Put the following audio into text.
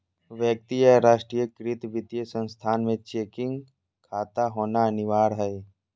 व्यक्ति का राष्ट्रीयकृत वित्तीय संस्थान में चेकिंग खाता होना अनिवार्य हइ